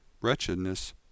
Wretchedness